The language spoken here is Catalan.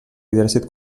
exèrcit